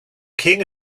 king